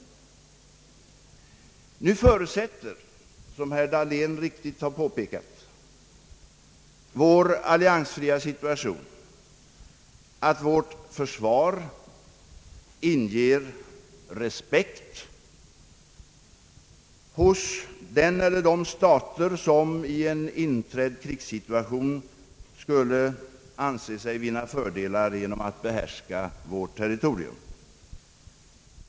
Nu förutsätter — som herr Dahlén riktigt har påpekat — vår alliansfria situation, att vårt försvar inger respekt hos den eller de stater som i en inträdd krigssituation skulle anse sig vinna fördelar genom att behärska vårt territorium.